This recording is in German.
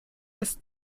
das